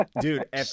dude